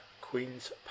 Queen's